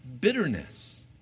bitterness